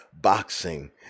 boxing